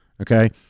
okay